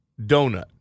Donut